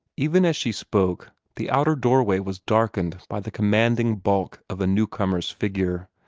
even as she spoke, the outer doorway was darkened by the commanding bulk of a newcomer's figure.